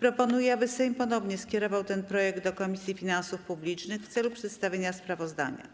proponuję, aby Sejm ponownie skierował ten projekt do Komisji Finansów Publicznych w celu przedstawienia sprawozdania.